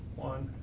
one,